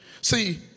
See